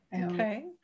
Okay